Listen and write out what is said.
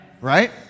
Right